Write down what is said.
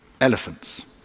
Elephants